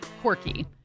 quirky